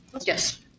Yes